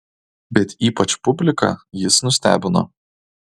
bet ypač publiką jis nustebino